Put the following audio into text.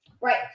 Right